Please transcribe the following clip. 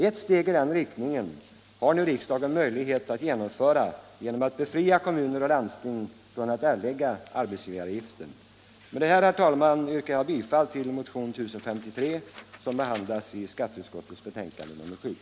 Ett steg i den riktningen har nu riksdagen möjlighet att ta genom att befria kommuner och landsting från att erlägga arbetsgivaravgift. Med detta, herr talman, yrkar jag bifall till motionen 1053, som behandlas i skatteutskottets betänkande nr 7.